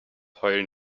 heulen